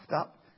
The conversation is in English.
up